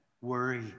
worry